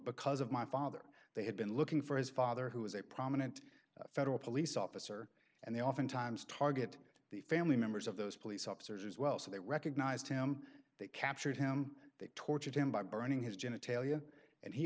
because of my father they had been looking for his father who was a prominent federal police officer and they oftentimes target the family members of those police officers as well so they recognized him they captured him they tortured him by burning his genitalia and he